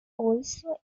also